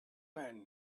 men